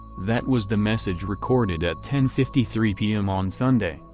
that was the message recorded at ten fifty three p m. on sunday,